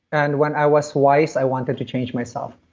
and when i was wise, i wanted to change myself.